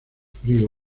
frío